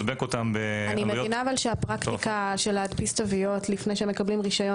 אני מבינה שהפרקטיקה של להדפיס תוויות לפני שמקבלים רשיון